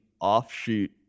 offshoot